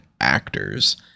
actors